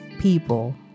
people